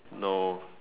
no